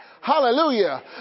Hallelujah